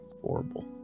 horrible